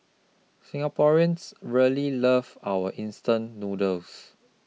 singaporeans really love our instant noodles